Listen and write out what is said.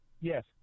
Yes